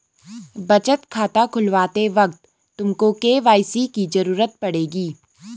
बचत खाता खुलवाते वक्त तुमको के.वाई.सी की ज़रूरत पड़ेगी